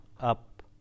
up